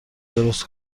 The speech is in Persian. درست